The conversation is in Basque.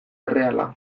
erreala